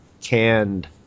canned